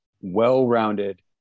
well-rounded